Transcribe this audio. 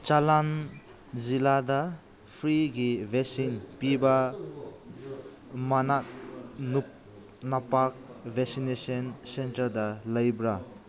ꯆꯂꯥꯡ ꯖꯤꯜꯂꯥꯗ ꯐ꯭ꯔꯤꯒꯤ ꯚꯦꯁꯤꯟ ꯄꯤꯕ ꯃꯅꯥꯛ ꯅꯛꯄ ꯚꯦꯁꯤꯅꯦꯁꯟ ꯁꯦꯟꯇꯔꯗ ꯂꯩꯕ꯭ꯔꯥ